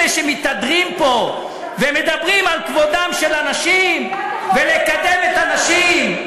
אלה שמתהדרים פה ומדברים על כבודן של הנשים ולקדם את הנשים,